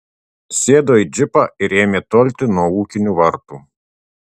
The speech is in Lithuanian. sėdo į džipą ir ėmė tolti nuo ūkinių vartų